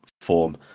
form